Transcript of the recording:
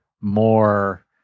more